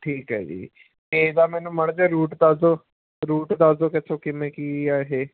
ਠੀਕ ਹੈ ਜੀ ਅਤੇ ਵਾ ਮੈਨੂੰ ਮਾੜਾ ਜਿਹਾ ਰੂਟ ਦੱਸ ਦਿਓ ਰੂਟ ਦੱਸ ਦਿਓ ਕਿੱਥੋਂ ਕਿਵੇਂ ਕੀ ਆ ਇਹ